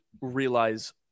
realize